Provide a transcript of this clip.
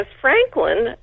Franklin